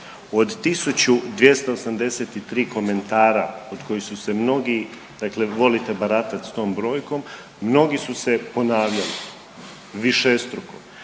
Od 1283 komentara od kojih su se mnogi dakle volite baratat s tom brojkom, mnogi su se ponavljali višestruko